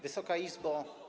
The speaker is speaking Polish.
Wysoka Izbo!